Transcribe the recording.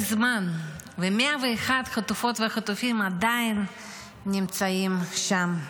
פרק זמן, ו-101 חטופות וחטופים עדיין נמצאים שם.